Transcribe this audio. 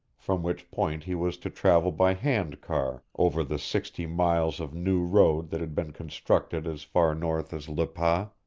from which point he was to travel by hand-car over the sixty miles of new road that had been constructed as far north as le pas.